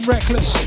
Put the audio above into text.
Reckless